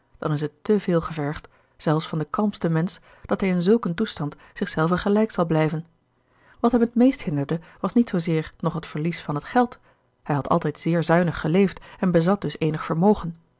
dan is het te veel gevergd zelfs van den kalmsten mensch dat hij in zulk een toestand zich zelven gelijk zal blijven wat hem het meest hinderde was niet zoo zeer nog het verlies van het geld hij had altijd zeer zuinig geleefd en bezat dus eenig vermogen